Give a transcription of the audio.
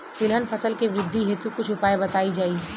तिलहन फसल के वृद्धी हेतु कुछ उपाय बताई जाई?